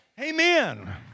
Amen